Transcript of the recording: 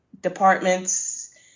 departments